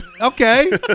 Okay